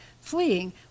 fleeing